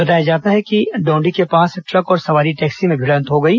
बताया जाता है कि के डौंडी के पास ट्रक और सवारी टैक्सी में भिड़त हो गई